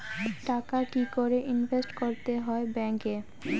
টাকা কি করে ইনভেস্ট করতে হয় ব্যাংক এ?